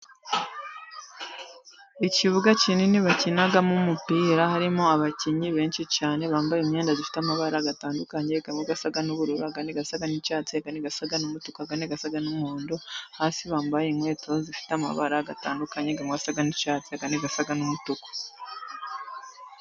Ikibuga kinini bakinamo umupira. Harimo abakinnyi benshi cyane bambaye imyenda ifite amabara atandukanye. Aba asa n'ubururu, andi asa n'icyatsi, andi asa n'umutuku andi asa n'umuhondo. Hasi bambaye inkweto zifite amabara atandukanye, amwe asa n'icyatsi andi n'umutuku.